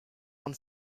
und